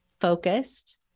focused